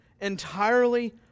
entirely